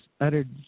uttered